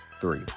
Three